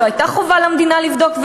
לא הייתה חובה למדינה לבדוק.